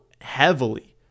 heavily